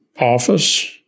office